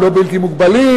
הם לא בלתי מוגבלים,